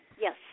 Yes